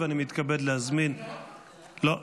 אני מתכבד להזמין, אני צריך לענות לו?